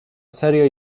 serio